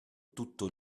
tutto